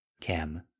Cam